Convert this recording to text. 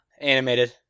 Animated